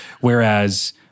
whereas